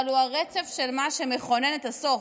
אבל הוא הרצף של מה שמכונן את הסוף.